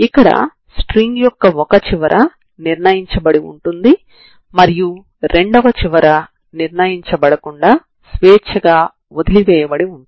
ఇక్కడ double integral ను domain లో చేస్తారు లేదా ను మీరు ఇటిరేటివ్ ఇంటిగ్రల్ గా వ్రాయవచ్చు